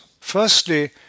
Firstly